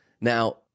Now